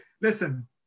listen